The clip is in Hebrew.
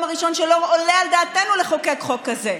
הראשון שבו לא עולה על דעתנו לחוקק חוק כזה.